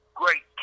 great